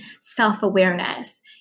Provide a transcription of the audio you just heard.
self-awareness